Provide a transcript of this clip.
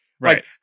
Right